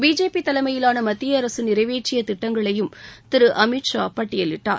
BJP தலைமையிலாள மத்திய அரசு நிறைவேற்றிய திட்டங்களையும் திரு அமித் ஷா அப்போது பட்டியலிட்டார்